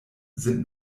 sind